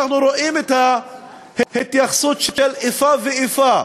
ואנחנו רואים את ההתייחסות של איפה ואיפה